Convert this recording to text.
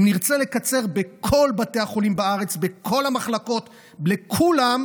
אם נרצה לקצר בכל בתי החולים בארץ בכל המחלקות ולכולם,